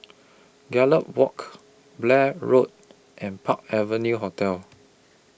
Gallop Walk Blair Road and Park Avenue Hotel